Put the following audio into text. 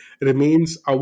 remains